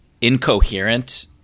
incoherent